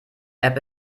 app